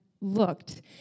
looked